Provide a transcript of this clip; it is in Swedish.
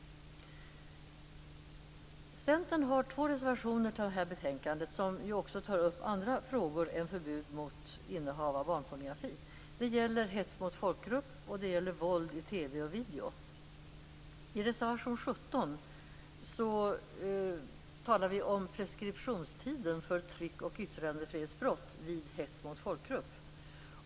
Centern har två reservationer i detta betänkande i vilka vi även tar upp andra frågor än förbud mot innehav av barnpornografi. Det gäller hets mot folkgrupp, och det gäller våld i TV och video. I reservation 17 talar vi om preskriptionstiden för tryck och yttrandefrihetsbrott vid hets mot folkgrupp.